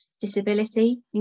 disability